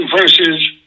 versus